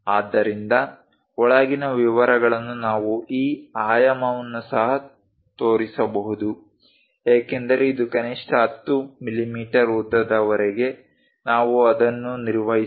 ಆದ್ದರಿಂದ ಒಳಗಿನ ವಿವರಗಳನ್ನು ನಾವು ಈ ಆಯಾಮವನ್ನು ಸಹ ತೋರಿಸಬಹುದು ಏಕೆಂದರೆ ಇದು ಕನಿಷ್ಠ 10 ಮಿಮೀ ಉದ್ದದವರೆಗೆ ನಾವು ಅದನ್ನು ನಿರ್ವಹಿಸಬಹುದು